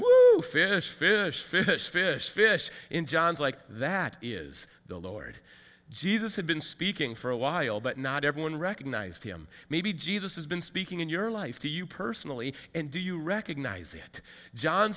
who fish fish fish fish fish in john's like that is the lord jesus had been speaking for a while but not everyone recognized him maybe jesus has been speaking in your life to you personally and do you recognize it john